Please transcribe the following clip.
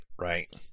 right